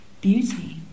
beauty